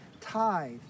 tithe